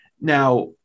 Now